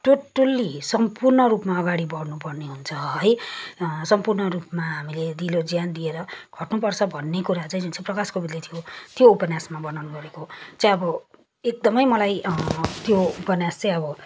totally सम्पूर्ण रूपमा अगाडि बढ्नुपर्ने हुन्छ है सम्पूर्ण रूपमा हामीले दिलोज्यान दिएर खट्नुपर्छ भन्ने कुरा चाहिँ जुन चाहिँ प्रकाश कोविदले थियो त्यो उपन्यासमा वर्णन गरेको चाहिँ अब एकदमै मलाई त्यो उपन्यास चाहिँ अब